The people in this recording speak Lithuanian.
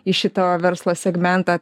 į šito verslo segmentą